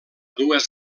dues